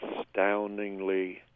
astoundingly